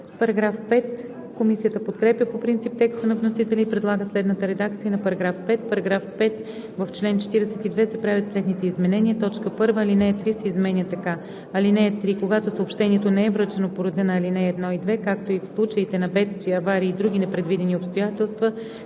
ред.“ Комисията подкрепя по принцип текста на вносителя и предлага следната редакция на § 5: „§ 5. В чл. 42 се правят следните изменения: 1. Алинея 3 се изменя така: „(3) Когато съобщението не е връчено по реда на ал. 1 и 2, както и в случаите на бедствия, аварии и други непредвидени обстоятелства,